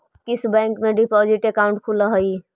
किस बैंक में deposit account खुलअ हई